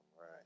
right